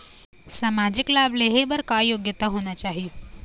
सामाजिक लाभ लेहे बर का योग्यता होना चाही?